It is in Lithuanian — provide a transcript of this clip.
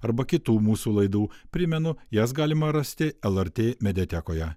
arba kitų mūsų laidų primenu jas galima rasti lrt mediatekoje